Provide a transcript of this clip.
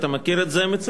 אתה מכיר את זה מצוין,